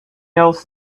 else